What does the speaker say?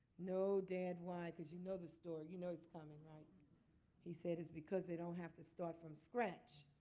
no, dad, why? because you know the story. you know it's coming. like he said, it's because they don't have to start from scratch.